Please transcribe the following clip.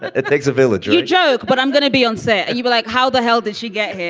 it takes a village joke, but i'm going to be on set. you but like how the hell did she get here?